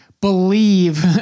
believe